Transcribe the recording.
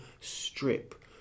strip